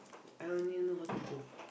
I only know how to go